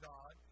God